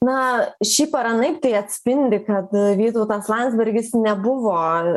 na šiaip ar anaip tai atspindi kad vytautas landsbergis nebuvo